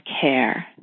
care